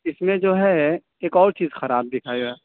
اس میں جو ہے ایک اور چیز خراب دکھایا